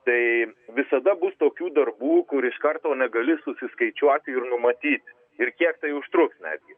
tai visada bus tokių darbų kur iš karto negali susiskaičiuoti ir numatyt ir kiek tai užtruks netgi